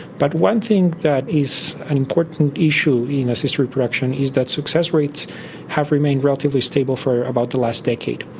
but one thing that is an important issue in assisted reproduction is that success rates have remained relatively stable for about the last decade.